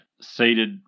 seated